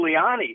Giuliani